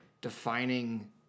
defining